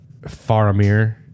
Faramir